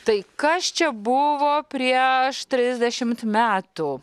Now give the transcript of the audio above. tai kas čia buvo prieš trisdešimt metų